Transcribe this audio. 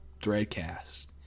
threadcast